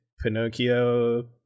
Pinocchio